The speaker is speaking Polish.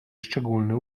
szczególny